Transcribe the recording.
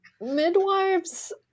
midwives